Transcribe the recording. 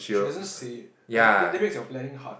she doesn't say it and that that makes your planning hard